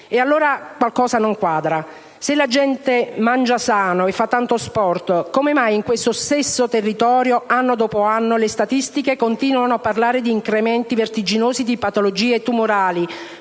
Qualcosa allora non quadra. Se la gente mangia sano e fa tanto sport, come mai in questo stesso territorio anno dopo anno le statistiche continuano a parlare di incrementi vertiginosi di patologie tumorali,